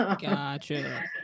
gotcha